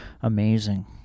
amazing